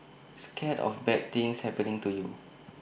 scared of bad things happening to you